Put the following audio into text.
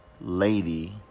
lady